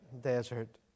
desert